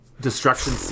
destruction